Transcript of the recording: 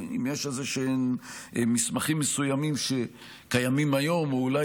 אם יש איזשהם מסמכים מסוימים שקיימים היום או אולי